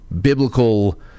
biblical